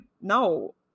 no